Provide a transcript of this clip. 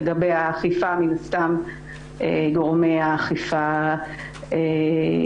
לגבי האכיפה מן הסתם גורמי האכיפה יתייחסו.